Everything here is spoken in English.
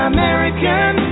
American